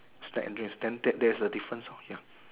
stack and dress then that that there's the difference lor ya